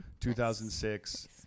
2006